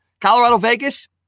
Colorado-Vegas